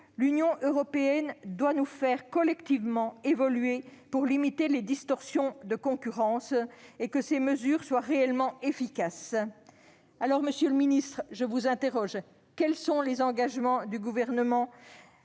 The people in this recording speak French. L'Union européenne doit nous faire évoluer collectivement pour limiter les distorsions de concurrence et pour que ces mesures soient réellement efficaces. Monsieur le ministre, je vous interroge : quels engagements le Gouvernement